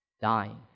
dying